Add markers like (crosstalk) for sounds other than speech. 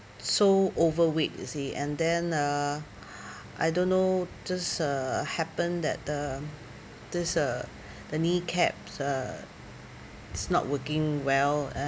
so overweight you see and then uh (breath) I don't know just uh happen that the this uh the knee caps uh it's not working well